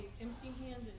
empty-handed